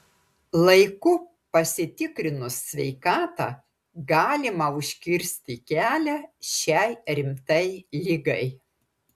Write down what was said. laiku pasitikrinus sveikatą galima užkirsti kelią šiai rimtai ligai